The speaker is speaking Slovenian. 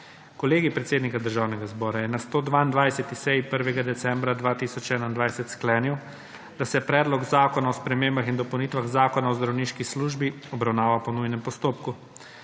Kolegij predsednika Državnega zbora je na 122. seji 1. decembra 2021 sklenil, da se Predlog zakona o spremembah in dopolnitvah Zakon o zdravniški službi obravnava po nujnem postopku.